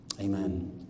Amen